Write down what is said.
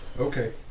Okay